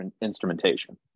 instrumentation